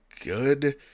good